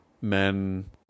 men